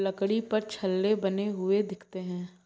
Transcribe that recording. लकड़ी पर छल्ले बने हुए दिखते हैं